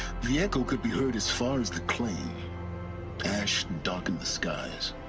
the echo could be heard as far as the claim ash darkened the skies